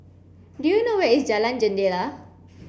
do you know where is Jalan Jendela